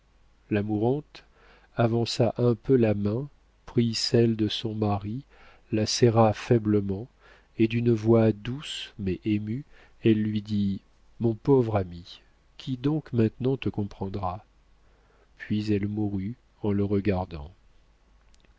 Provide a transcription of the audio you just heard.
la mourante avança un peu la main prit celle de son mari la serra faiblement et d'une voix douce mais émue elle lui dit mon pauvre ami qui donc maintenant te comprendra puis elle mourut en le regardant